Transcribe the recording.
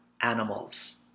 animals